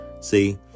See